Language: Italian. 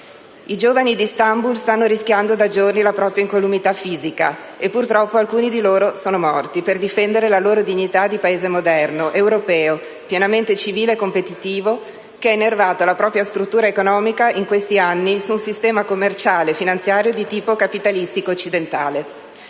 I giovani di Istanbul stanno rischiando da giorni la propria incolumità fisica, e purtroppo alcuni di loro sono morti, per difendere la loro dignità di Paese moderno, europeo, pienamente civile e competitivo, che ha innervato la propria struttura economica in questi anni su un sistema commerciale e finanziario di tipo capitalistico-occidentale.